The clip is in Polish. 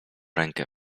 rękę